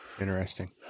Interesting